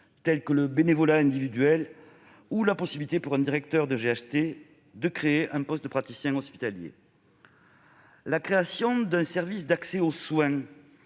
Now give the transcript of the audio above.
tels que le bénévolat individuel ou la possibilité pour un directeur de GHT de créer un poste de praticien hospitalier. La création d'un service d'accès au soin